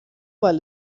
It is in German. weil